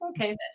okay